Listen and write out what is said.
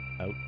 Out